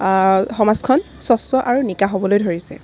সমাজখন স্বচ্চ আৰু নিকা হ'বলৈ ধৰিছে